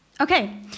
Okay